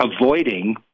avoiding